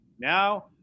Now